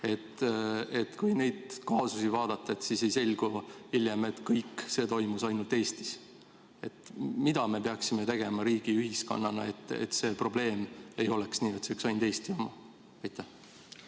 et kui neid kaasusi vaadata, siis ei selgu hiljem, et kõik see toimus ainult Eestis? Mida me peaksime tegema riigi ja ühiskonnana, et see probleem ei oleks ainult Eesti oma? Aitäh,